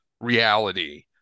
reality